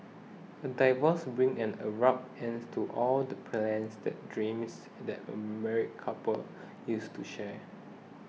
a divorce brings an abrupt end to all the plans that dreams that a married couple used to share